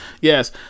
Yes